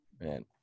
Man